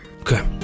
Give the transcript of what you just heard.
Okay